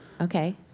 Okay